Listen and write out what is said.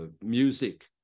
music